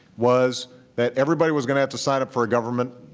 was that everybody was going to have to sign up for a government